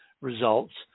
results